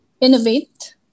innovate